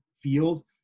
field